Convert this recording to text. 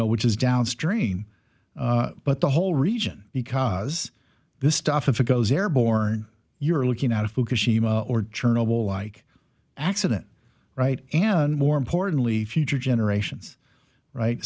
know which is downstream but the whole region because this stuff if it goes airborne you're looking at a fukushima or journal like accident right and more importantly future generations right